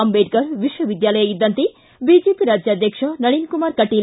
ಅಂಬೇಡ್ಕರ್ ವಿಶ್ವವಿದ್ಯಾಲಯ ಇದ್ದಂತೆ ಬಿಜೆಪಿ ರಾಜ್ಯಾಧ್ವಕ್ಷ ನಳಿನ್ ಕುಮಾರ್ ಕಟೀಲ್